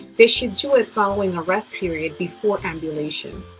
they should do it following a rest period before ambulation.